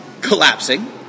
Collapsing